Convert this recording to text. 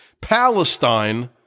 Palestine